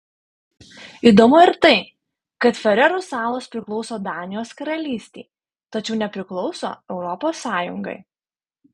įdomu ir tai kad farerų salos priklauso danijos karalystei tačiau nepriklauso europos sąjungai